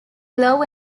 law